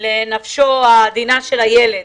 לנפשו העדינה של הילד.